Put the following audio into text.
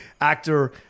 actor